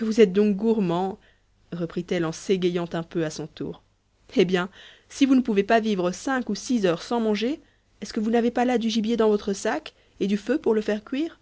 vous êtes donc gourmand reprit-elle en s'égayant un peu à son tour eh bien si vous ne pouvez pas vivre cinq ou six heures sans manger est-ce que vous n'avez pas là du gibier dans votre sac et du feu pour le faire cuire